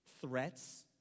threats